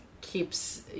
keeps